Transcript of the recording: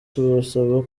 tubasaba